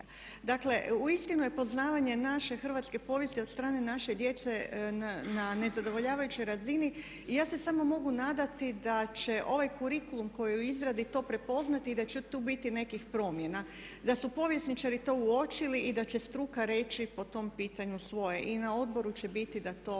Dakle uistinu je poznavanje naše hrvatske povijesti od strane naše djece na nezadovoljavajućoj razini i ja se samo mogu nadati da će ovaj kurikulum koji je u izradi to prepoznati i da će tu biti nekih promjena i da su povjesničari to uočili i da će struka reći po tom pitanju svoje. I na odboru će biti da to